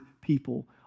people